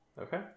okay